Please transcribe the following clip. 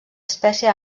espècie